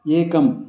एकम्